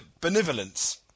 benevolence